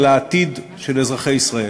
על העתיד של אזרחי ישראל.